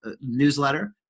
newsletter